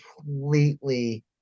completely